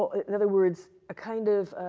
in other words, a kind of